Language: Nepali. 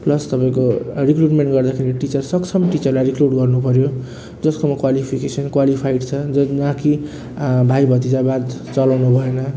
प्लस तपाईँको रिक्रुटमेन्ट गर्दाखेरि टिचर सक्षम टिचरलाई रिक्रुट गर्नु पऱ्यो जसकोमा क्वालिफिकेसन क्वालिफाइड छ जो न कि भाइभतिजावाद चलाउनु भएन